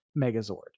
Megazord